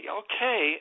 okay